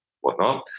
whatnot